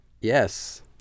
Yes